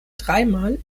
dreimal